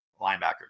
linebackers